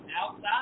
Outside